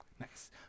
nice